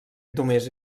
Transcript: només